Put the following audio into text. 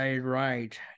right